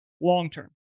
long-term